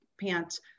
pants